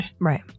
right